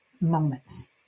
moments